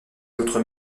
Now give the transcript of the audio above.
autres